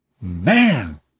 man